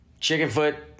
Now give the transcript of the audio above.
Chickenfoot